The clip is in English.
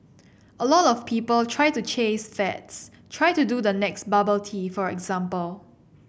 a lot of people try to chase fads try to do the next bubble tea for example